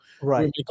Right